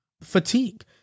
fatigue